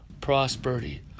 prosperity